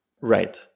Right